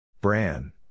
Bran